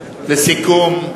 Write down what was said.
לסיכום,